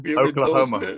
oklahoma